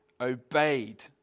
obeyed